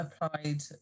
applied